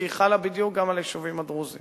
כי היא חלה בדיוק גם על היישובים הדרוזיים.